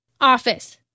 office